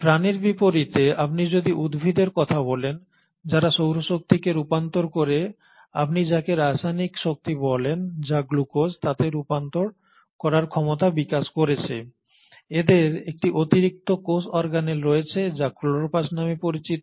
প্রাণীর বিপরীতে আপনি যদি উদ্ভিদের কথা বলেন যারা সৌরশক্তিকে রূপান্তর করে আপনি যাকে রাসায়নিক শক্তি বলেন যা গ্লুকোজ তাতে রূপান্তর করার ক্ষমতা বিকাশ করেছে এদের একটি অতিরিক্ত কোষ অর্গানেল রয়েছে যা ক্লোরোপ্লাস্ট নামে পরিচিত